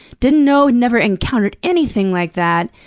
didn't know never encountered anything like that.